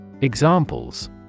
Examples